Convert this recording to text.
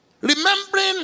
Remembering